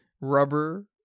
Rubber